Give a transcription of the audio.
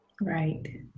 right